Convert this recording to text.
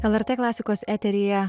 lrt klasikos eteryje